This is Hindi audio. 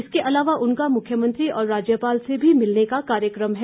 इसके अलावा उनका मुख्मयंत्री और राज्यपाल से भी मिलने का कार्यक्रम है